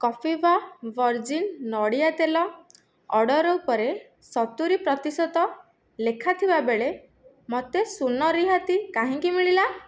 କପିଭା virgin ନଡ଼ିଆ ତେଲ order ଉପରେ ସତୁରୀ ସତକଡ଼ା ଲେଖା ଥିବାବେଳେ ମୋତେ ଶୂନ ରିହାତି କାହିଁକି ମିଳିଲା